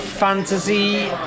fantasy